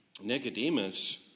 Nicodemus